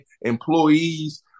employees